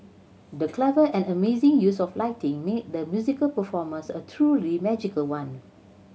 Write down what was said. the clever and amazing use of lighting made the musical performance a truly magical one